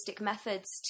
methods